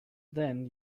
then